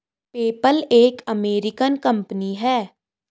PayPal एक American company है